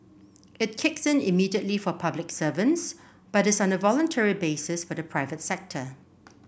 it kicks in immediately for public servants but is on a voluntary basis for the private sector